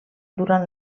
durant